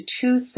two